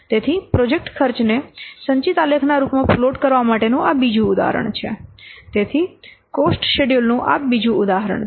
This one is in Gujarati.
તેથી પ્રોજેક્ટ ખર્ચને સંચિત આલેખના રૂપમાં પ્લોટ કરવા માટેનું આ બીજું ઉદાહરણ છે તેથી કોસ્ટ શેડ્યૂલ નું આ બીજું ઉદાહરણ છે